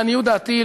לעניות דעתי,